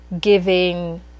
giving